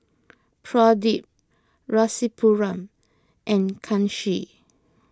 Pradip Rasipuram and Kanshi